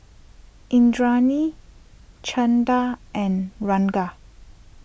Indranee Chanda and Ranga